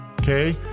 okay